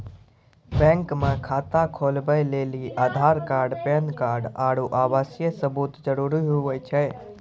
bank मे खाता खोलबै लेली आधार कार्ड पैन कार्ड आरू आवासीय सबूत जरुरी हुवै छै